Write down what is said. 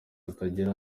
hatagira